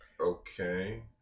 Okay